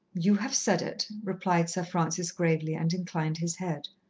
you have said it, replied sir francis gravely, and inclined his head.